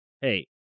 hey